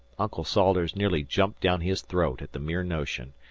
uncle salters nearly jumped down his throat at the mere notion,